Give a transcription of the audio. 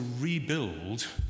rebuild